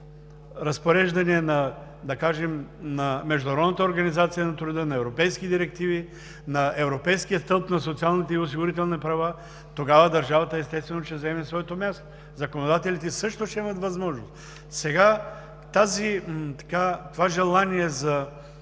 разпореждания – да кажем на Международната организация на труда, на европейски директиви, на Европейския стълб на социалните и осигурителни права, тогава държавата, естествено, ще заеме своето място. Законодателите също ще имат възможност. Сега желанието за